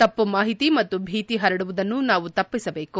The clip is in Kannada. ತಪ್ಪು ಮಾಹಿತಿ ಮತ್ತು ಭೀತಿ ಹರಡುವುದನ್ನು ನಾವು ತಪ್ಪಿಸಬೇಕು